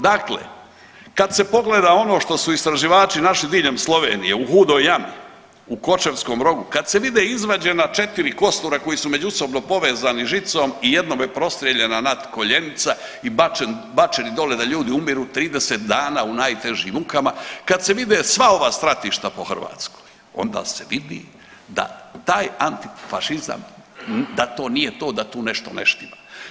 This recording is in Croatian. Dakle, kad se pogleda ono što su istraživači našli diljem Slovenije u Hudoj Jami, u Kočevskom Rogu, kad se vide izvađena 4 kostura koja su međusobno povezani žicom i jednom je prostrijeljena natkoljenica i bačen, bačeni dole da ljudi umiru 30 dana u najtežim mukama, kad se vide sva ova stratišta po Hrvatskoj onda se vidi da taj antifašizam da to nije to, da tu nešto ne štima.